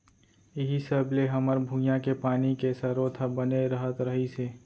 इहीं सब ले हमर भुंइया के पानी के सरोत ह बने रहत रहिस हे